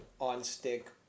on-stick